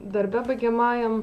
darbe baigiamajam